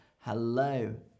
Hello